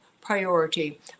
priority